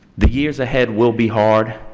the years ahead will be hard,